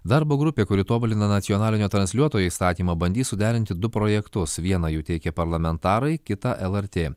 darbo grupė kuri tobulina nacionalinio transliuotojo įstatymą bandys suderinti du projektus vieną jų teikia parlamentarai kitą lrt